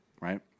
Right